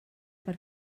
per